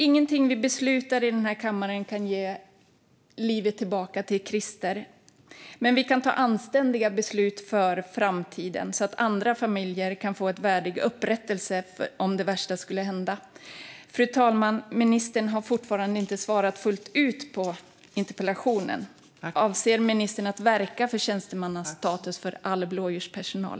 Ingenting som vi beslutar i denna kammare kan ge livet tillbaka till Krister. Men vi kan ta anständiga beslut för framtiden, så att andra familjer kan få en värdig upprättelse om det värsta skulle hända. Fru talman! Ministern har fortfarande inte svarat fullt ut på interpellationen. Avser ministern att verka för tjänstemannastatus för all blåljuspersonal?